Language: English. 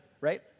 right